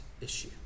issue